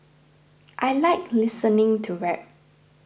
I like listening to rap